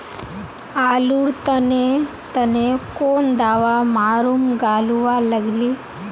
आलूर तने तने कौन दावा मारूम गालुवा लगली?